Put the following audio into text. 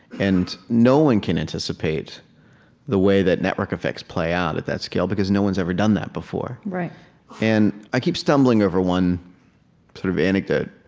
and no one can anticipate the way that network effects play out at that scale because no one's ever done that before and i keep stumbling over one sort of anecdote.